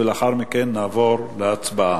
ולאחר מכן נעבור להצבעה.